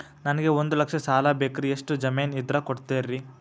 ನನಗೆ ಒಂದು ಲಕ್ಷ ಸಾಲ ಬೇಕ್ರಿ ಎಷ್ಟು ಜಮೇನ್ ಇದ್ರ ಕೊಡ್ತೇರಿ?